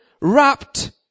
wrapped